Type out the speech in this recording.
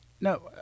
No